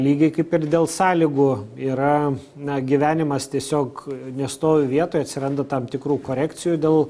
lygiai kaip ir dėl sąlygų yra na gyvenimas tiesiog nestovi vietoj atsiranda tam tikrų korekcijų dėl